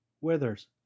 withers